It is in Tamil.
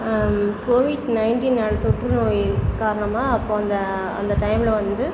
கோவிட் நயின்டீனால் தொற்று நோய் காரணமாக அப்போ அந்த அந்த டைம்மில் வந்து